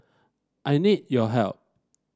I need your help